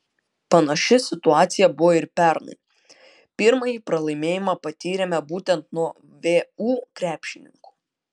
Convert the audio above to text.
panaši situacija buvo ir pernai pirmąjį pralaimėjimą patyrėme būtent nuo vu krepšininkų